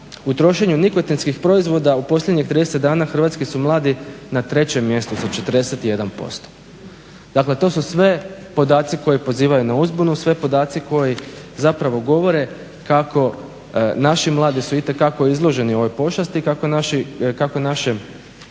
u trošenju nikotinskih proizvoda u posljednjih 30 dana Hrvatski su mladi na 3 mjestu, sa 41% Dakle, to su sve podaci koji pozivaju na uzbunu, sve podaci koji zapravo govore kako naši mladi su itekako izloženi ovoj pošasti, kako naše